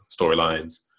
storylines